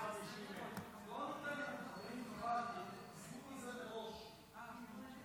פוגעים ב-250,000 גמלאים.